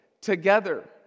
together